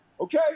okay